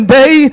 day